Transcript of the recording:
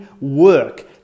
work